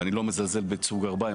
ואני לא מזלזל בייצור גרביים,